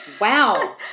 Wow